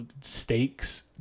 Stakes